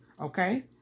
Okay